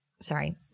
Sorry